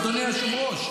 אדוני היושב-ראש,